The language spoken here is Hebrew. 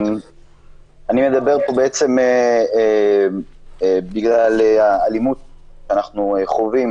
אני מדבר פה בגלל האלימות שאנחנו חווים